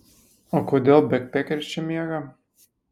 o kodėl bekpekeris čia miega